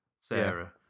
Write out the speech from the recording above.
Sarah